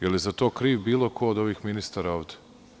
Da li je za to kriv bilo ko od ovih ministara ovde?